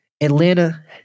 Atlanta